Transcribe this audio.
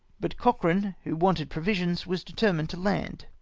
but cochrane, who wanted provisions, was determined to land.